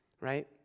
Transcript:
right